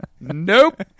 Nope